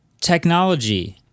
technology